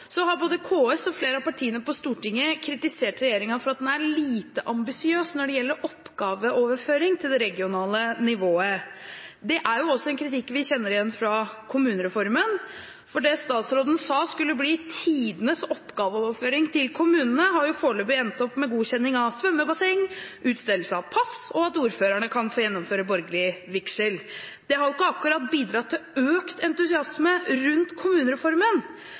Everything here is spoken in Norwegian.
Både KS og flere av partiene på Stortinget har kritisert regjeringen for at den er lite ambisiøs når det gjelder oppgaveoverføring til det regionale nivået. Det er en kritikk vi kjenner igjen fra kommunereformen, for det statsråden sa skulle bli tidenes oppgaveoverføring til kommunene, har foreløpig endt opp med godkjenning av svømmebasseng, utstedelse av pass, og at ordførerne kan få gjennomføre borgerlig vigsel. Det har jo ikke akkurat bidratt til økt entusiasme rundt kommunereformen,